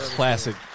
Classic